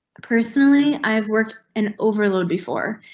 personally, i have worked an overload before.